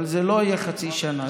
אבל זה לא יהיה חצי שנה,